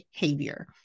behavior